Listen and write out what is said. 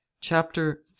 Chapter